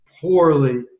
poorly